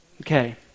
Okay